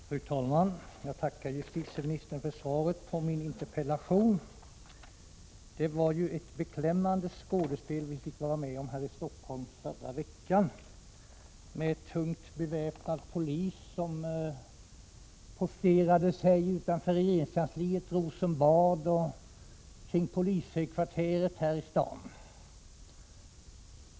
Fru talman! Jag tackar justitieministern för svaret på min interpellation. Det var ett beklämmande skådespel vi fick vara med om här i Stockholm förra veckan, med tungt beväpnad polis som posterades utanför regeringskansliet Rosenbad och kring polishögkvarteret här i staden.